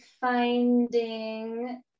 finding